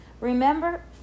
Remember